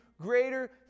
Greater